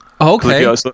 Okay